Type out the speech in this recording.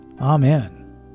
Amen